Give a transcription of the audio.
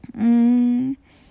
mm